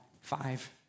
five